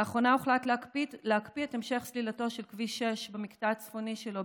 לאחרונה הוחלט להקפיא את המשך סלילתו של כביש 6 במקטע הצפוני שלו,